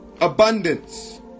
abundance